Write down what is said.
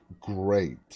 great